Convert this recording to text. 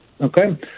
Okay